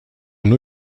new